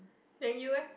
then you leh